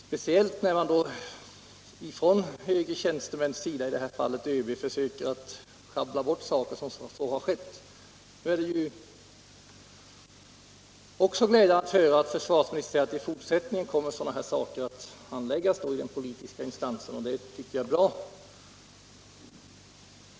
Speciellt då man från högre tjänstemäns sida — i detta fall ÖB — försökt sjabbla bort saken är det glädjande att höra försvarsministern säga att i fortsättningen kommer sådana här saker att handläggas av den politiska instansen. Det tycker jag är bra.